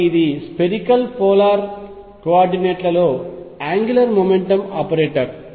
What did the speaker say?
కాబట్టి ఇది spherical polar coordinate లలో యాంగ్యులార్ మెకానిక్స్ ఆపరేటర్